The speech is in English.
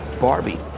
Barbie